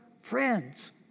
friends